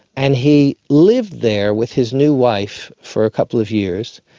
and he lived there with his new wife for a couple of years.